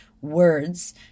words